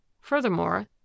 Furthermore